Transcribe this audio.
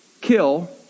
kill